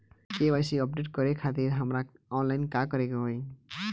KYC update करे खातिर हमरा ऑनलाइन का करे के होई?